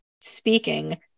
speaking